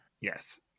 Yes